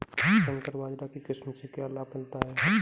संकर बाजरा की किस्म से क्या लाभ मिलता है?